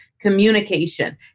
communication